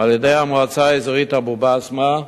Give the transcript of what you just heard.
על-ידי המועצה האזורית אבו-בסמה,